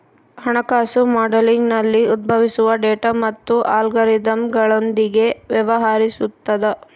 ಹಣಕಾಸು ಮಾಡೆಲಿಂಗ್ನಲ್ಲಿ ಉದ್ಭವಿಸುವ ಡೇಟಾ ಮತ್ತು ಅಲ್ಗಾರಿದಮ್ಗಳೊಂದಿಗೆ ವ್ಯವಹರಿಸುತದ